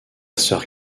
sœur